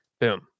Boom